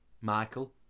Michael